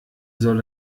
soll